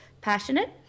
passionate